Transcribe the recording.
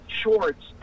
shorts